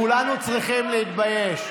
כולנו צריכים להתבייש.